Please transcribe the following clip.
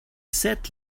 sat